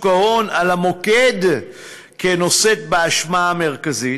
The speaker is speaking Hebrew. ההון על המוקד כנושאת באשמה המרכזית,